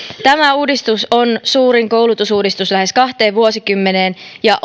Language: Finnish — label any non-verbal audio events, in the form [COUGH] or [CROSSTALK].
tämä uudistus on suurin koulutusuudistus lähes kahteen vuosikymmeneen ja [UNINTELLIGIBLE]